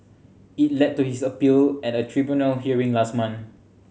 it led to his appeal at a tribunal hearing last month